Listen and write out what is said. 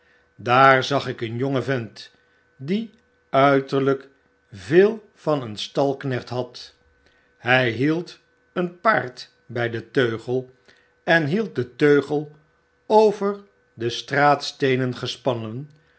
daar zag ik een jongen vent die uiterlyk veel van een stalknecht had hy hield een paard by den teugel en hield den teugel over